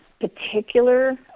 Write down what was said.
particular